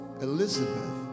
Elizabeth